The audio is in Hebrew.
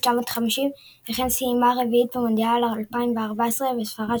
1950 וכן סיימה רביעית במונדיאל 2014 וספרד